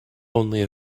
only